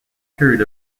period